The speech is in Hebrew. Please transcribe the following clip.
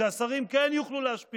אתה עמדת כאן ואמרת שאתה תיאבק שההצעה הזו